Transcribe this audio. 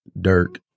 Dirk